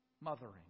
mothering